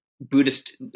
Buddhist